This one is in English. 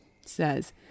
says